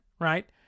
right